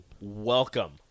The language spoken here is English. welcome